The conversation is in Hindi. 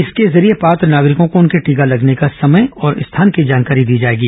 इस के जरिए पात्र नागरिकों को उनके टीका लगने के समय और स्थान की जानकारी दी जाएगी